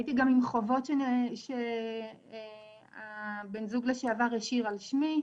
הייתי גם עם חובות שהבן זוג שלי לשעבר השאיר על שמי.